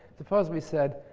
supposed we said,